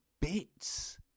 bits